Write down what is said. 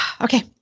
Okay